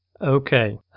Okay